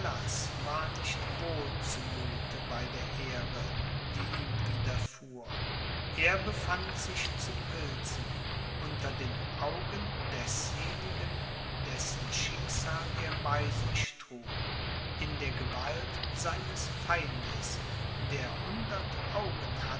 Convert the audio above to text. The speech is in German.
war nicht wohl zu muthe bei der ehre die ihm widerfuhr er befand sich zu pilsen unter den augen desjenigen dessen schicksal er bei sich trug in der gewalt seines feindes der